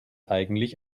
eigentlich